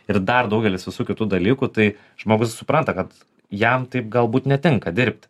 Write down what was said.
ir dar daugelis visų kitų dalykų tai žmogus supranta kad jam taip galbūt netinka dirbti